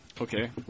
Okay